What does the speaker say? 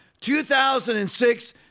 2006